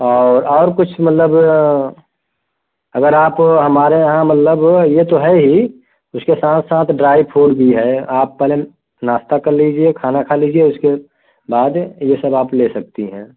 और और कुछ मतलब अगर आप हमारे यहाँ मतलब ये तो है ही उसके साथ साथ ड्राइ फ्रूट भी है आप पहले नाश्ता कर लीजिए खाना खा लीजिए उसके बाद ये सब आप ले सकती हैं